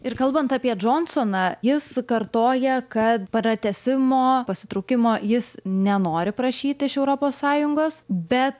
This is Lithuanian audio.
ir kalbant apie džonsoną jis kartoja kad pratęsimo pasitraukimo jis nenori prašyt iš europos sąjungos bet